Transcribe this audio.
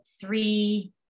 three